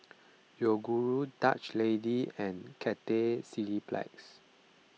Yoguru Dutch Lady and Cathay Cineplex